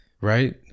Right